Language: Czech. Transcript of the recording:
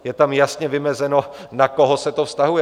Je tam jasně vymezeno, na koho se to vztahuje.